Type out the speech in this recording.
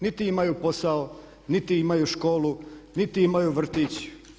Niti imaju posao, niti imaju školu, niti imaju vrtić.